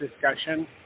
discussion